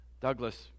Douglas